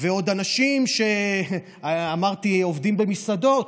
ועוד אנשים שעובדים במסעדות,